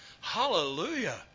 Hallelujah